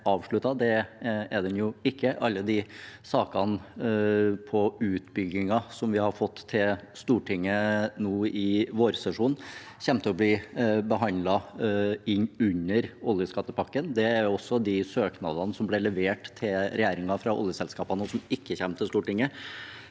Det er den jo ikke. Alle de sakene om utbygginger som vi har fått til Stortinget nå i vårsesjonen, kommer til å bli behandlet inn under oljeskattepakken. Også de søknadene som ble levert til regjeringen fra oljeselskapene, og som ikke kommer til Stortinget